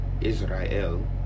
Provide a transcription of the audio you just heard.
Israel